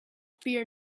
fear